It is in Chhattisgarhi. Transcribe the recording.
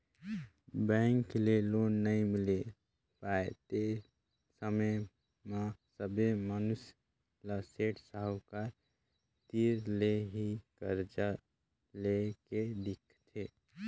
बेंक ले लोन नइ मिल पाय तेन समे म सबे मइनसे ल सेठ साहूकार तीर ले ही करजा लेए के दिखथे